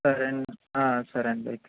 సరేం సరేండి రైట్